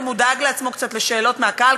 הוא גם דאג לעצמו קצת לשאלות מהקהל,